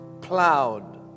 plowed